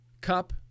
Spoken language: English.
cup